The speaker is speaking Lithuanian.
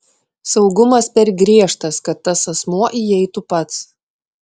saugumas per griežtas kad tas asmuo įeitų pats